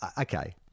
Okay